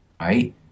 right